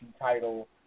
title